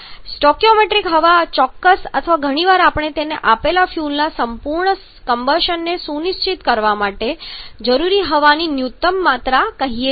stoichiometric હવા ચોક્કસ અથવા ઘણી વાર આપણે તેને આપેલ ફ્યુઅલના સંપૂર્ણ કમ્બશનને સુનિશ્ચિત કરવા માટે જરૂરી હવાની ન્યૂનતમ માત્રા કહીએ છીએ